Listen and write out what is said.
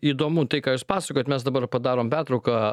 įdomu tai ką jūs pasakojat mes dabar padarom pertrauką